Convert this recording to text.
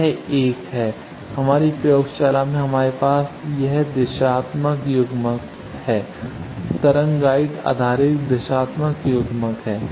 यह एक है हमारी प्रयोगशाला में हमारे पास यह दिशात्मक युग्मक है यह तरंग गाइड आधारित दिशात्मक युग्मक है